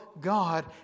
God